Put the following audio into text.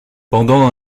pendant